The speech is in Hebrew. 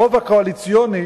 הרוב הקואליציוני